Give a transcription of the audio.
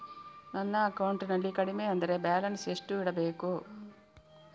ನನ್ನ ಅಕೌಂಟಿನಲ್ಲಿ ಕಡಿಮೆ ಅಂದ್ರೆ ಬ್ಯಾಲೆನ್ಸ್ ಎಷ್ಟು ಇಡಬೇಕು?